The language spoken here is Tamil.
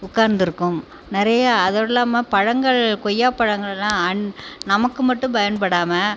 உட்காந்துருக்கும் நிறைய அதோடு இல்லாமல் பழங்கள் கொய்யா பழங்கள்லாம் அண் நமக்கு மட்டும் பயன்படாமல்